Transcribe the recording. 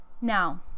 Now